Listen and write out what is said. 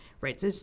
right